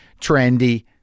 trendy